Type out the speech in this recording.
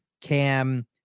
Cam